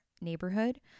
neighborhood